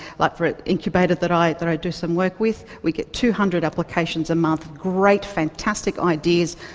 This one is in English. like for an incubator that i that i do some work with, we get two hundred applications a month, great fantastic ideas,